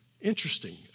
Interesting